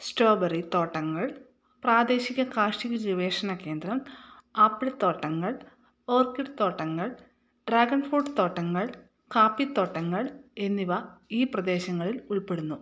strawberry തോട്ടങ്ങൾ പ്രാദേശിക കാർഷിക ഗവേഷണ കേന്ദ്രം ആപ്പിൾ തോട്ടങ്ങൾ ഓർക്കിഡ് തോട്ടങ്ങൾ ഡ്രാഗൺ ഫ്രൂട്ട് തോട്ടങ്ങൾ കാപ്പി തോട്ടങ്ങൾ എന്നിവ ഈ പ്രദേശങ്ങളിൽ ഉൾപ്പെടുന്നു